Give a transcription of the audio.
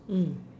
mm